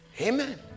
Amen